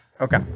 Okay